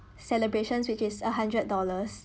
celebrations which is a hundred dollars